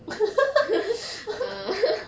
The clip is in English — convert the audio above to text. uh